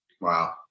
Wow